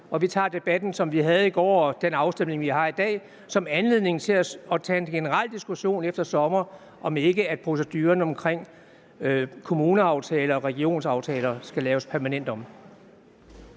og vi tager debatten, som vi havde i går, og den afstemning, som vi har i dag, som anledning til at tage en generel diskussion efter sommer af, om ikke proceduren ved indgåelse af kommuneaftaler og regionsaftaler skal laves permanent om.